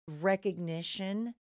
recognition